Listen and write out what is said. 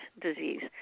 disease